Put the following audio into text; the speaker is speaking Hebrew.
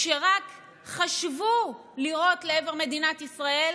כשרק חשבו לירות לעבר מדינת ישראל,